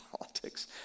politics